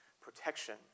protection